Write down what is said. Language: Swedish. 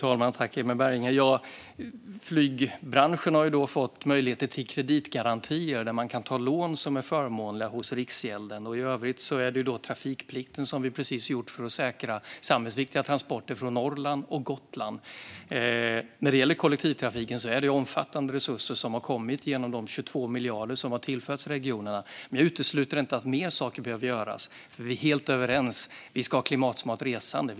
Fru talman! Flygbranschen har fått möjligheter till kreditgarantier och kan ta lån som är förmånliga hos Riksgälden. I övrigt handlar det om trafikplikten för att, som vi precis gjort, säkra samhällsviktiga transporter från Norrland och Gotland. När det gäller kollektivtrafiken har omfattande resurser kommit i form av de 22 miljarder som har tillförts regionerna. Detta utesluter inte att mer behöver göras. Vi är helt överens - vi ska ha klimatsmart resande.